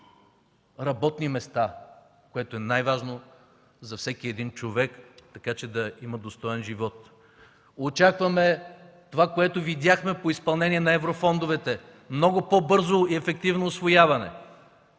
работни места, което е най-важно за всеки един човек, така че да има достоен живот. Очакваме това, което видяхме по изпълнение на еврофондовете – много по-бързо и ефективно усвояване,